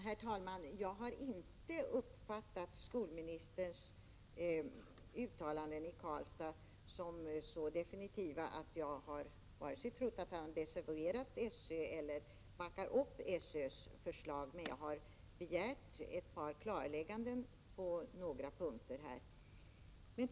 Herr talman! Jag har inte uppfattat skolministerns uttalanden i Karlstad som så definitiva att jag har trott att han antingen desavouerade SÖ eller backar upp SÖ:s förslag, men jag har begärt ett par klarlägganden av honom på några punkter.